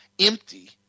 empty